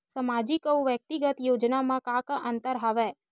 सामाजिक अउ व्यक्तिगत योजना म का का अंतर हवय?